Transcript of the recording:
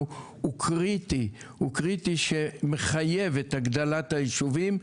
הוא קריטי שמחייב את הגדלת היישובים.